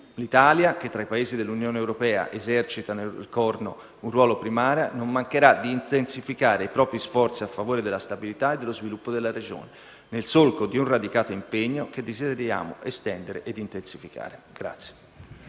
L'Italia, che tra i Paesi membri dell'Unione europea esercita nel Corno d'Africa un ruolo primario, non mancherà di intensificare i propri sforzi a favore della stabilità e dello sviluppo della Regione, nel solco di un radicato impegno che desideriamo estendere e intensificare.